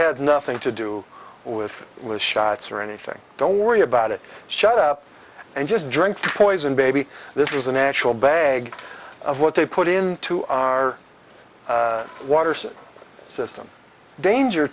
had nothing to do with was shots or anything don't worry about it shut up and just drink poison baby this is a natural bag of what they put into our waters system danger